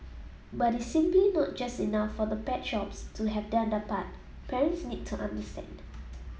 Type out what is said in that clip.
but it's simply not just enough for the pet shops to have done their part parents need to understand